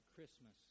Christmas